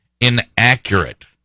inaccurate